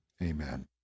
Amen